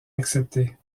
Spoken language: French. accepté